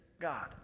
God